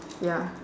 ya